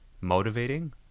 motivating